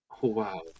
Wow